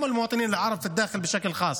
וכלפי התושבים הערבים בתוך המדינה בפרט.